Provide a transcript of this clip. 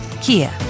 Kia